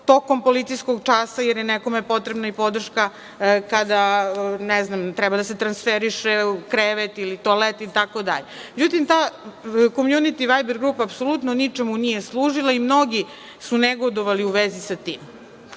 tokom policijskog časa, jer je nekome potrebna i podrška kada, ne znam, treba da se transferiše krevet, toalet, itd. Međutim, ta "komjuniti vajber grupa" ničemu nije služila i mnogi su negodovali u vezi sa tim. Hoću